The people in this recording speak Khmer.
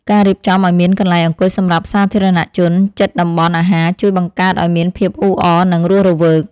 ការរៀបចំឱ្យមានកន្លែងអង្គុយសម្រាប់សាធារណៈជនជិតតំបន់អាហារជួយបង្កើតឱ្យមានភាពអ៊ូអរនិងរស់រវើក។